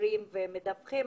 מתקשרים ומדווחים